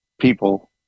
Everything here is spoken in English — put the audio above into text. people